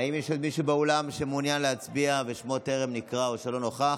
האם יש עוד מישהו באולם שמעוניין להצביע ושמו טרם נקרא או שאנו נוכח?